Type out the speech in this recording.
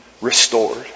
restored